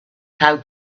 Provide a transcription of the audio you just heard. how